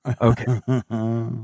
Okay